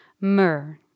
myrrh